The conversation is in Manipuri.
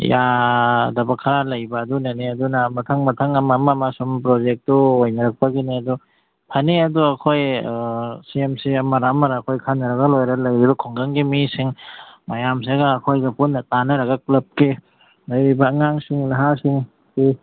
ꯌꯥꯗꯕ ꯈꯔ ꯂꯩꯕ ꯑꯗꯨꯅꯅꯤ ꯑꯗꯨꯅ ꯃꯊꯪ ꯃꯊꯪ ꯑꯃꯃꯝ ꯑꯁꯨꯝ ꯄ꯭ꯔꯣꯖꯦꯛꯇꯣ ꯑꯣꯏꯅꯔꯛꯄꯒꯤꯅꯦ ꯑꯗꯣ ꯐꯅꯤ ꯑꯗꯨ ꯑꯩꯈꯣꯏ ꯁꯦꯝꯁꯤ ꯑꯃꯔꯥ ꯑꯃꯔꯥ ꯈꯟꯅꯔꯒ ꯂꯣꯏꯔꯦ ꯂꯩꯔꯤꯕ ꯈꯨꯡꯒꯪꯒꯤ ꯃꯤꯁꯤꯡ ꯃꯌꯥꯝꯁꯤꯒ ꯑꯩꯈꯣꯏꯒ ꯄꯨꯟꯅ ꯇꯥꯟꯅꯔꯒ ꯀ꯭ꯂꯕꯀꯤ ꯂꯩꯔꯤꯕ ꯑꯉꯥꯡꯁꯤꯡ ꯅꯍꯥꯁꯤꯡꯁꯤ